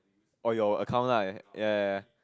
or your accounts right ya ya ya